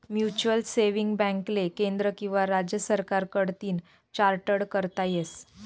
mutual saving बॅकले केंद्र किंवा राज्य सरकार कडतीन चार्टट करता येस